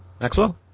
Maxwell